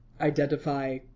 identify